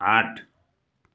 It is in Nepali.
आठ